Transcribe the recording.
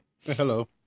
hello